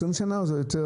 20 שנה או שזה יותר?